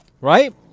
right